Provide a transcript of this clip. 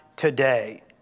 Today